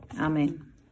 Amen